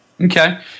Okay